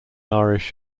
irish